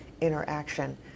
interaction